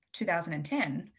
2010